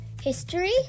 history